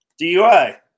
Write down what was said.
DUI